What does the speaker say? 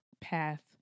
path